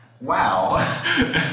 wow